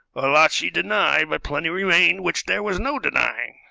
a lot she denied, but plenty remained which there was no denying.